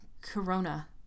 Corona